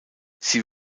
sie